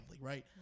right